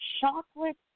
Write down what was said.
chocolate